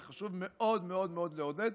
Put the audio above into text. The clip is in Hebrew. וחשוב מאוד מאוד מאוד לעודד.